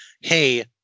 Hey